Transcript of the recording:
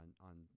on